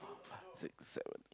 six seven eight